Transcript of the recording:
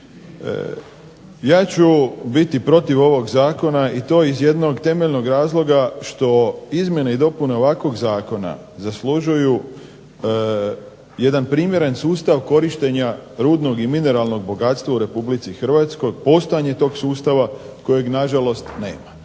Ja ću biti protiv ovog zakona i to iz jednog temeljnog razloga što izmjene i dopune ovakvog zakona zaslužuju jedan primjeren sustav korištenja rudnog i mineralnog bogatstva u RH, postojanje tog sustava kojeg nažalost nema.